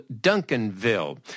Duncanville